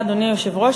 אדוני היושב-ראש,